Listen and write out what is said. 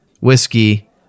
whiskey